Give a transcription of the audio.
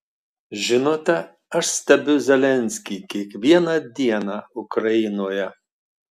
žinote aš stebiu zelenskį kiekvieną dieną ukrainoje